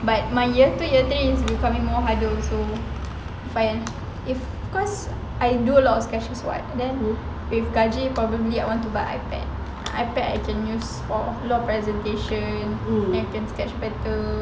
but my year two year three is becoming more harder also fine if cause I do a lot of sketches [what] then with gaji probably I want to buy iPad iPad I can use for a lot of presentation then I can sketch better